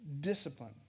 discipline